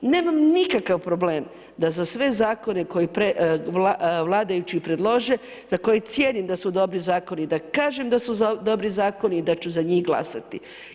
Nemam nikakav problem da za sve zakone koje vladajući predlože, za koje cijenim da su dobri zakoni, da kažem da su dobri zakoni i daću za njih glasati.